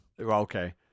Okay